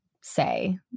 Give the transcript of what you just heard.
say